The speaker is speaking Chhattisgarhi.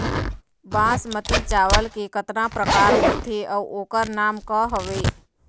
बासमती चावल के कतना प्रकार होथे अउ ओकर नाम क हवे?